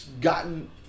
gotten